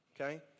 okay